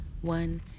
One